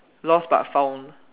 lost but found